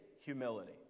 humility